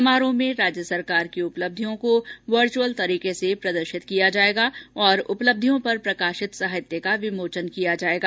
समारोह में राज्य सरकार की उपलब्धियों को वर्चुअल तरीके से प्रदर्शित किया जाएगा और उपलब्धियों पर प्रकाशित साहित्य का विमोचन किया जाएगा